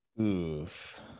Oof